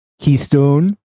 keystone